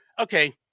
okay